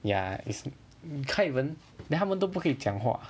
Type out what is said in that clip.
ya is you can't even then 他们都不可以讲话